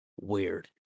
weird